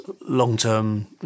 long-term